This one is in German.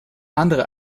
andere